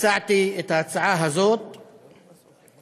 הצעתי את ההצעה הזאת למתווה,